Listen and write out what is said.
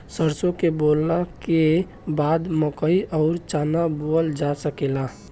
सरसों बोअला के बाद मकई अउर चना बोअल जा सकेला